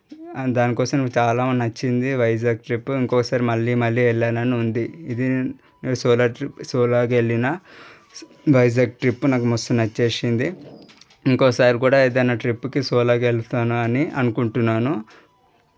దానికోసమే చాలా నచ్చింది వైజాగ్ ట్రిప్పు ఇంకోసారి మళ్ళీ మళ్ళీ వెళ్ళాలని ఉంది ఇది సోలో ట్రిప్ సోలోగా వెళ్ళిన వైజాగ్ ట్రిప్ నాకు మస్తు నచ్చేసింది ఇంకోసారి కూడా ఏదైనా ట్రిప్కి సోలోగా వెళ్తాను అని అనుకుంటున్నాను